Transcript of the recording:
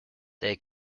they